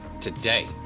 today